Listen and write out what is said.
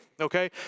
okay